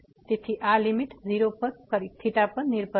તેથી આ લીમીટ પર નિર્ભર છે